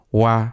wa